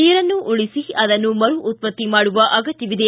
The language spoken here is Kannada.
ನೀರನ್ನು ಉಳಿಸಿ ಅದನ್ನು ಮರು ಉತ್ತಕ್ತಿ ಮಾಡುವ ಅಗತ್ಯವಿದೆ